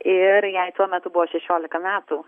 ir jai tuo metu buvo šešiolika metų